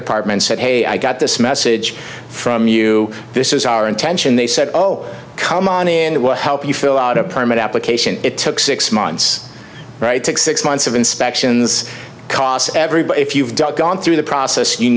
department said hey i got this message from you this is our intention they said oh come on in it will help you fill out a permit application it took six months right take six months of inspections cause everybody if you've done gone through the process you